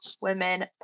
Women